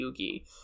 Yugi